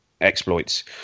exploits